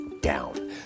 down